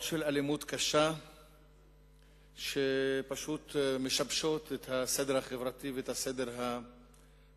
של אלימות קשה שפשוט משבשת את הסדר החברתי ואת הסדר הפדגוגי.